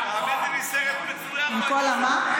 עם כל, עם כל המה?